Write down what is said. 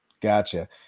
Gotcha